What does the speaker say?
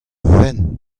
fenn